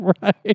Right